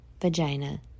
vagina